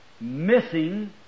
missing